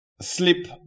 sleep